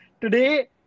Today